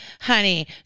Honey